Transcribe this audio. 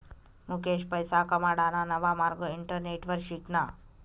मुकेश पैसा कमाडाना नवा मार्ग इंटरनेटवर शिकना